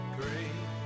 great